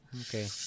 Okay